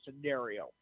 scenario